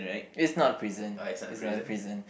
it's not a prison it's not a prison